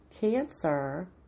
Cancer